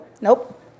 Nope